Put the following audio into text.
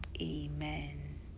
amen